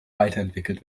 weiterentwickelt